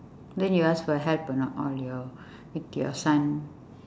then you ask for help or not all your with your son